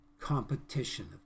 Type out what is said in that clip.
competition